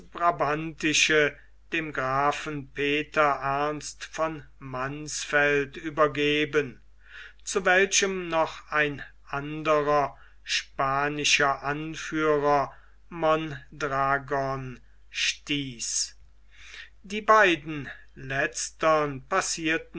brabantische dem grafen peter ernst von mansfeld übergeben zu welchem noch ein anderer spanischer anführer mondragon stieß die beiden letztern passierten